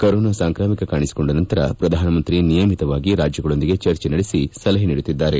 corona ಸಾಂಕಾಮಿಕ ಕಾಣಿಸಿಕೊಂಡ ನಂತರ ಪ್ರಧಾನಮಂತ್ರಿ ನಿಯಮಿತವಾಗಿ ರಾಜ್ಯಗಳೊಂದಿಗೆ ಚರ್ಚೆ ನಡೆಸಿ ಸಲಹೆ ನೀಡುತ್ತಿದ್ದಾರೆ